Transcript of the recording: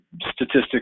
statistics